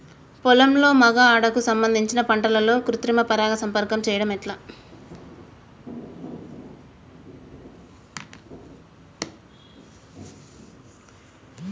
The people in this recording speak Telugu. పొలంలో మగ ఆడ కు సంబంధించిన పంటలలో కృత్రిమ పరంగా సంపర్కం చెయ్యడం ఎట్ల?